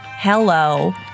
Hello